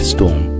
Storm